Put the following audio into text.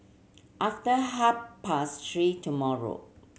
after half past three tomorrow